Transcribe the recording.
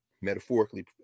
metaphorically